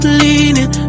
leaning